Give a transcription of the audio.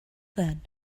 then